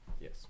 yes